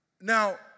Now